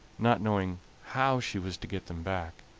not knowing how she was to get them back.